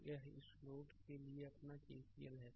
तो यह इस नोड के लिएअपना केसीएल है